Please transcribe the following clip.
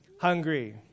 hungry